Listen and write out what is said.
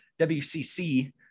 WCC